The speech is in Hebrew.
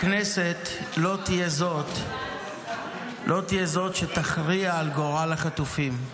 הכנסת לא תהיה זאת שתכריע על גורל החטופים.